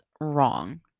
wrong